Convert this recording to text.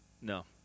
no